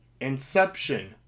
Inception